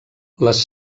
les